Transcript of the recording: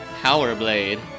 PowerBlade